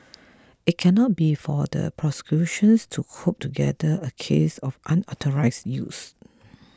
it cannot be for the prosecutions to cobble together a case of unauthorised use